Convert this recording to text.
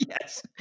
Yes